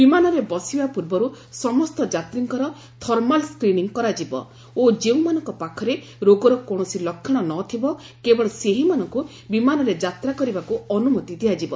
ବିମାନରେ ବସିବା ପୂର୍ବରୁ ସମସ୍ତ ଯାତ୍ରୀଙ୍କର ଥର୍ମାଲ୍ ସ୍କ୍ରିନିଂ କରାଯିବ ଓ ଯେଉଁମାନଙ୍କ ପାଖରେ ରୋଗର କୌଣସି ଲକ୍ଷ୍ୟଣ ନଥିବ କେବଳ ସେହିମାନଙ୍କୁ ବିମାନରେ ଯାତ୍ରା କରିବାକୁ ଅନୁମତି ଦିଆଯିବ